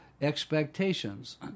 expectations